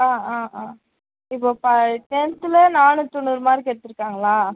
ஆ ஆ ஆ இப்போ பா டென்த்தில் நாணுற்றி தொண்ணூறு மார்க் எடுத்துருக்காங்களா